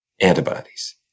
antibodies